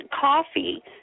coffee